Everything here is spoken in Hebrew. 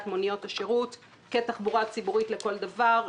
מוניות השירות כתחבורה ציבורית לכל דבר.